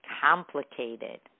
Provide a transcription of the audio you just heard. complicated